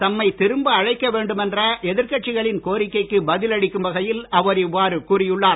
தம்மை திரும்ப அழைக்க வேண்டுமென்ற எதிர்கட்சிகளின் கோரிக்கைக்கு பதில் அளிக்கும் வகையில் அவர் இவ்வாறு கூறி உள்ளார்